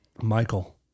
Michael